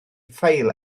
ffeil